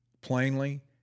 plainly